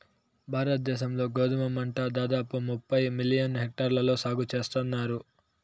భారత దేశం లో గోధుమ పంట దాదాపు ముప్పై మిలియన్ హెక్టార్లలో సాగు చేస్తన్నారు